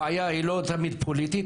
הבעיה היא לא תמיד פוליטית.